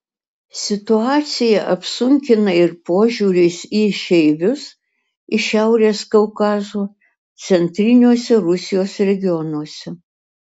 situaciją apsunkina ir požiūris į išeivius iš šiaurės kaukazo centriniuose rusijos regionuose